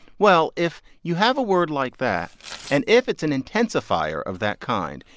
well, if you have a word like that and if it's an intensifier of that kind,